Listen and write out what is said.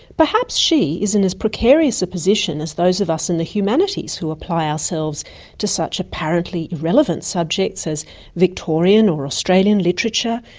perhaps she is in as precarious a position as those of us in the humanities who apply ourselves to such apparently irrelevant subjects as victorian or australian literature,